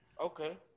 Okay